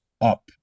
up